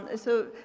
ah so,